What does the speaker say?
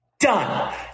done